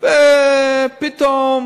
פתאום